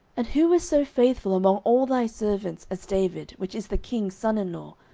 and who is so faithful among all thy servants as david, which is the king's son in law,